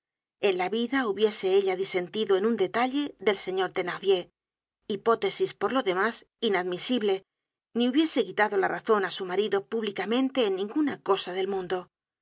en la vida hubiese ella disentido en un detalle del señor thenardier hipótesis por lo demás inadmisible ni hubiese quitado la razon á su marido públicamente en ninguna cosa del mundo